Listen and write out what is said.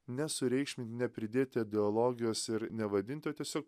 nesureikšmint nepridėti ideologijos ir nevadint o tiesiog